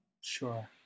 Sure